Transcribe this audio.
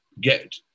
get